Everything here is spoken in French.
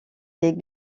les